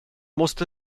måste